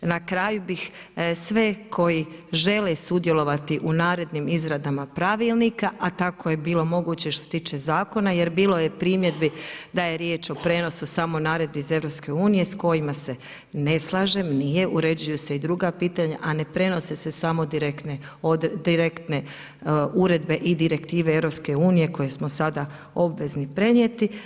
Na kraju bih sve koje žele sudjelovati u narednim izradama pravilnika, a tako je bilo moguće što se tiče zakona, jer bilo je primjedbi, da je riječ o prijenosu samo naredbi iz EU, s kojima se ne slažem, nije, uređuju se i druga pitanja, a ne prenose se samo direktne uredbe i direktive EU, koje smo sada obvezni prenijeti.